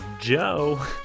Joe